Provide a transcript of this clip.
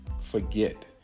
forget